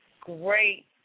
great